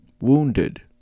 wounded